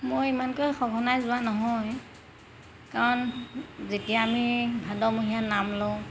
মই ইমানকৈ সঘনাই যোৱা নহয় কাৰণ যেতিয়া আমি ভাদমহীয়া নাম লওঁ